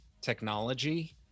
technology